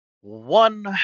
one